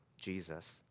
Jesus